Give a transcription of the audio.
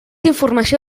informació